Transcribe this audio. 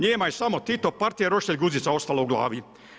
Njima je samo Tito, partija, roštilj, guzica ostala u glavi!